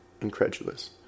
incredulous